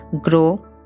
grow